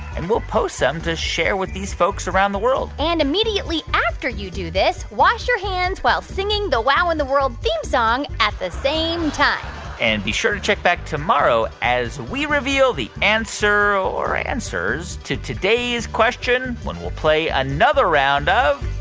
and we'll post some to share with these folks around the world and immediately after you do this, wash your hands while singing the wow in the world theme song at the same time and be sure to check back tomorrow as we reveal the answer or answers to today's question when we'll play another round of.